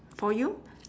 for you